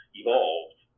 evolved